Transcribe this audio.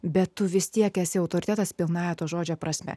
bet vis tiek esi autoritetas pilnąja to žodžio prasme